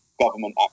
government